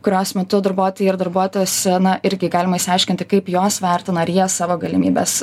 kurios metu darbuotojai ir darbuotojos na irgi galima išsiaiškinti kaip jos vertina ar jie savo galimybes